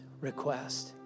request